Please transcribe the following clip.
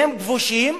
שהם כבושים,